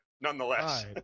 nonetheless